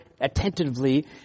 attentively